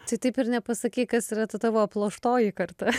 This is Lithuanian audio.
tai taip ir nepasakei kas yra tavo aploštoji karta